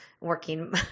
working